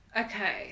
Okay